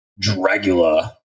Dragula